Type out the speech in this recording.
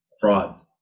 fraud